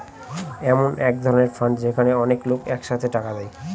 এমন এক ধরনের ফান্ড যেখানে অনেক লোক এক সাথে টাকা দেয়